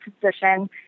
position